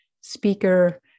speaker